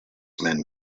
men